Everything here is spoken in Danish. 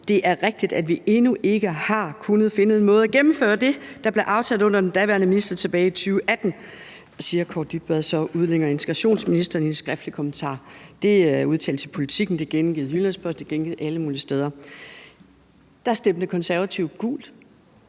»Det er rigtigt, at vi endnu ikke har kunnet finde en måde at gennemføre det, der blev aftalt under den daværende minister tilbage i 2018«. Det siger integrationsminister Kaare Dybvad Bek så i en skriftlig kommentar. Det er udtalt til Politiken, det er gengivet i Jyllands-Posten, og det er gengivet alle mulige steder. Der stemte Konservative gult.